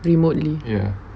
remotely